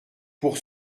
pour